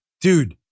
Dude